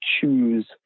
choose